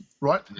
Right